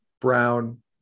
Brown